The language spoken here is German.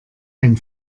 ein